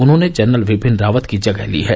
उन्होंने जनरल बिपिन रावत की जगह ली है